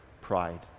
pride